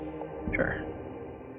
Sure